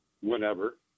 whenever